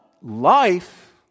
life